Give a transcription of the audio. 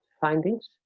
findings